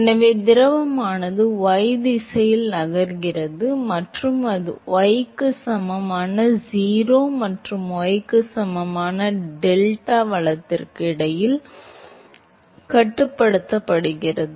எனவே திரவமானது y திசையில் நகர்கிறது மற்றும் அது y க்கு சமமான 0 மற்றும் y க்கு சமமான டெல்டா வலத்திற்கு இடையில் கட்டுப்படுத்தப்படுகிறது